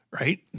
right